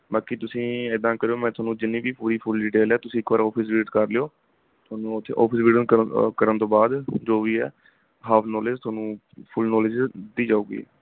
ਬਾਕੀ ਤੁਸੀਂ ਇੱਦਾਂ ਕਰਿਉ ਮੈਂ ਤੁਹਾਨੂੰ ਜਿੰਨੀ ਵੀ ਪੂਰੀ ਫੁੱਲ ਡਿਟੇਲ ਹੈ ਤੁਸੀਂ ਇੱਕ ਵਾਰ ਔਫ਼ਿਸ ਵਿਜ਼ਿਟ ਕਰ ਲਿਉ ਤੁਹਾਨੂੰ ਉੱਥੇ ਔਫ਼ਿਸ ਵਿਜ਼ਿਟ ਕਰਨ ਕਰਨ ਤੋਂ ਬਾਅਦ ਜੋ ਵੀ ਹੈ ਹਾਫ਼ ਨੋਲੇਜ ਤੁਹਾਨੂੰ ਫੁੱਲ ਨੋਲੇਜ ਦਿੱਤੀ ਜਾਵੇਗੀ